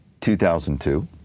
2002